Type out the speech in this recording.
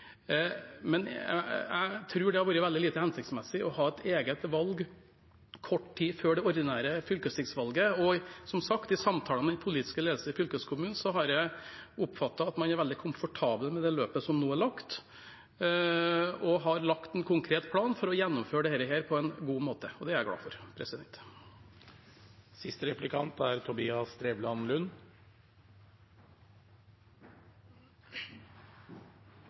et eget valg kort tid før det ordinære fylkestingsvalget. Som sagt: I samtaler med den politiske ledelsen i fylkeskommunen har jeg oppfattet at man er veldig komfortabel med det løpet som nå er lagt, og at man har lagt en konkret plan for å gjennomføre det på en god måte, og det er jeg glad for. Tapte billettinntekter for kollektivtransporten er